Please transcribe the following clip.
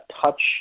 touch